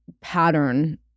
pattern